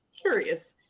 curious